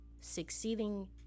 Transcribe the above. succeeding